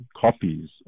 copies